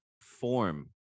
form